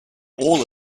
all